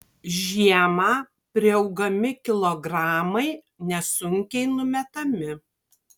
žiemą priaugami kilogramai nesunkiai numetami